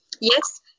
Yes